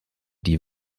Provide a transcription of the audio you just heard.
die